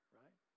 right